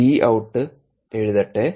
V out എഴുതട്ടെ